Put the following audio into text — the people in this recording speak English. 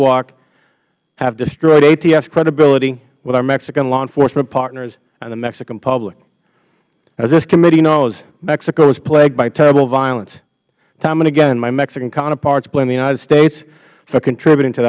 walk have destroyed atf's credibility with our mexican law enforcement partners and the mexican public as this committee knows mexico is plagued by terrible violence time and again my mexican counterparts blame the united states for contributing to